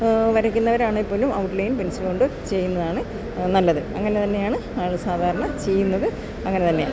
വരയ്ക്കുന്നവരാണേപ്പോലും outline പെൻസിലുകൊണ്ട് ചെയ്യുന്നതാണ് നല്ലത് അങ്ങനെ തന്നെയാണ് ആണ് സാധാരണ ചെയ്യുന്നത് അങ്ങനെ തന്നെയാ